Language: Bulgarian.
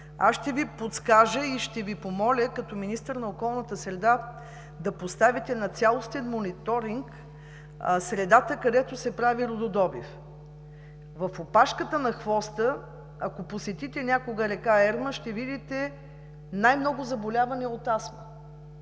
Аз ще Ви подскажа и ще Ви помоля като министър на околната среда да поставите на цялостен мониторинг средата, където се прави рудодобив. В опашката на хвоста, ако посетите някога река Ерма, ще видите най-много заболявания от астма,